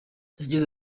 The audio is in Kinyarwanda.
yagize